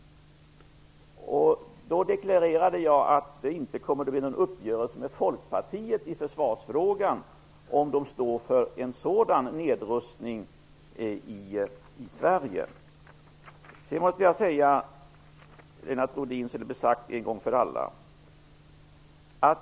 Då deklarerade jag att det inte kommer att bli någon uppgörelse med Folkpartiet i försvarsfrågan om man står för en sådan nedrustning i Sverige. Sedan måste jag säga en sak, Lennart Rohdin, så att det blir sagt en gång för alla.